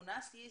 אתם צריכים